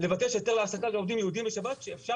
לבקש היתר העסקה לעובדים יהודים בשבת כשאפשר